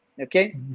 okay